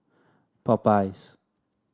Popeyes